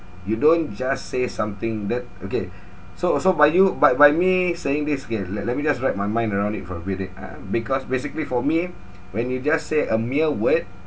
you don't just say something that okay so so by you by by me saying this okay let let me just wrap my mind around it for a bit it ah because basically for me when you just say a mere word